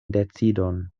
decidon